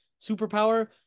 superpower